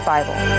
Bible